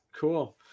Cool